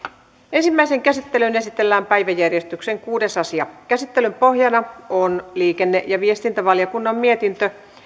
ensimmäiseen käsittelyyn esitellään päiväjärjestyksen kuudes asia käsittelyn pohjana on liikenne ja viestintävaliokunnan mietintö